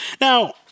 now